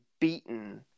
beaten